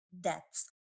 deaths